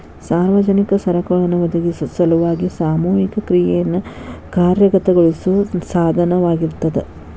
ಸಾರ್ವಜನಿಕ ಸರಕುಗಳನ್ನ ಒದಗಿಸೊ ಸಲುವಾಗಿ ಸಾಮೂಹಿಕ ಕ್ರಿಯೆಯನ್ನ ಕಾರ್ಯಗತಗೊಳಿಸೋ ಸಾಧನವಾಗಿರ್ತದ